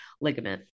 ligament